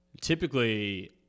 typically